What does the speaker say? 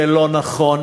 זה לא נכון,